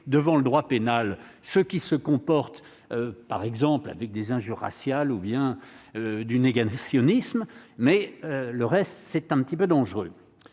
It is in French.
devant le droit pénal, ce qui se comportent par exemple avec des injures raciales ou bien du négationnisme, mais le reste, c'est un petit peu dangereux